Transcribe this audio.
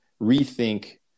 rethink